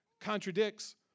contradicts